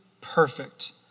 perfect